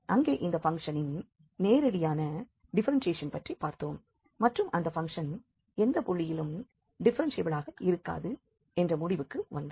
அங்கே இந்த பங்க்ஷனின் நேரடியான டிஃப்ஃபெரென்ஷியேஷன் பற்றி பார்த்தோம் மற்றும் அந்த பங்க்ஷன் எந்த புள்ளியிலும் டிஃப்ஃபெரென்ஷியபிளாக இருக்காது என்ற முடிவுக்கு வந்தோம்